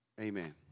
Amen